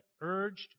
urged